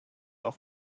auf